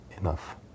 enough